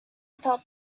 felt